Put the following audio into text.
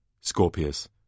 Scorpius